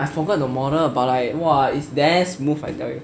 I forgot the model but like !wah! it's damn smooth I tell you